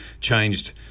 changed